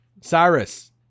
Cyrus